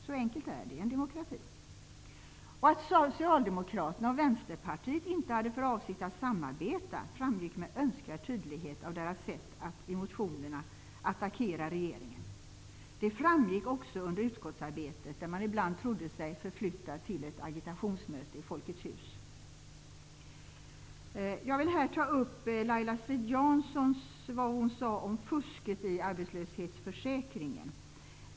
Så enkelt är det i en demokrati. Att Socialdemokraterna och Vänsterpartiet inte hade för avsikt att samarbeta framgick med all önskvärd tydlighet av deras sätt att i motionerna attackera regeringen. Det framgick också under utskottsarbetet, där man ibland trodde sig förflyttad till ett agitationsmöte i Folkets hus. Jag vill här beröra det Laila Strid-Jansson tog upp om fusket i arbetslöshetsförsäkringen.